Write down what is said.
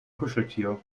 kuscheltier